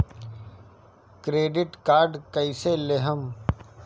Credit card कईसे लेहम?